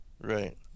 Right